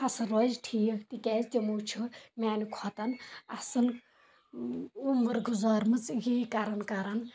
فصٕل روزِ ٹھیٖک تِکیٚازِ تِمو چھُ میانہِ کھۄتہٕ اَصٕل عُمر گُزٲرمژٕ یی کران کران